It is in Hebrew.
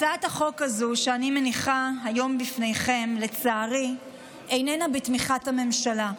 הצעת החוק הזאת שאני מניחה היום בפניכם לצערי איננה בתמיכת הממשלה,